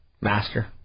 Master